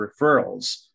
referrals